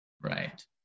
right